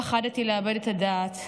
פחדתי לאבד את הדעת,